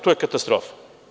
To je katastrofa.